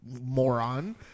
Moron